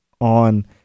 on